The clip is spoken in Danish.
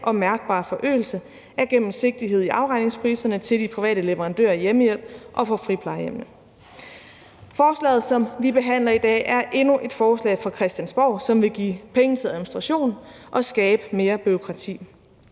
og mærkbar forøgelse af gennemsigtighed i afregningspriserne til de private leverandører af hjemmehjælp og for friplejehjemmene. Forslaget, som vi behandler i dag, er endnu et forslag fra Christiansborg, som vil give penge til administration og skabe mere bureaukrati.